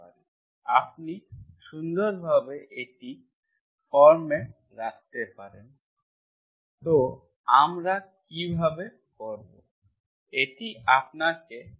আপনি সুন্দরভাবে এটি ফর্মে রাখতে পারেন তা আমরা কীভাবে করব এটা আপনাকে কমনসেন্স এর সাথে করতে হবে